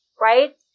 Right